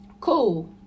cool